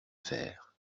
fers